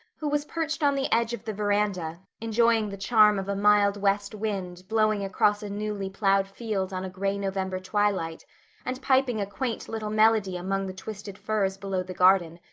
who was perched on the edge of the veranda, enjoying the charm of a mild west wind blowing across a newly ploughed field on a gray november twilight and piping a quaint little melody among the twisted firs below the garden,